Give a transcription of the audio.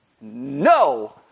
No